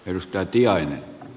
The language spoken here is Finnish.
arvoisa puhemies